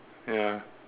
ya